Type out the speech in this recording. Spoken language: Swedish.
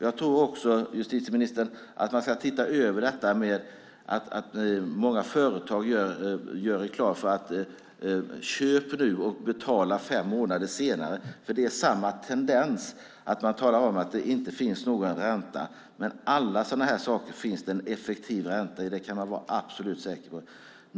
Jag tror också, justitieministern, att man ska titta över detta med att många företag gör reklam genom att säga: Köp nu och betala fem månader senare! Det är nämligen samma tendens. Man talar om att det inte finns någon ränta. Men i alla sådana här saker finns det en effektiv ränta. Det kan man vara absolut säker på.